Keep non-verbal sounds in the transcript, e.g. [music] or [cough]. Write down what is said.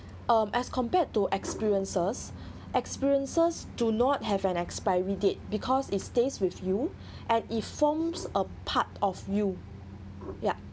um as compared to experiences [breath] experiences do not have an expiry date because it stays with you [breath] and if forms a part of you yup